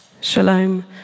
Shalom